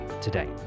today